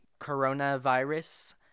coronavirus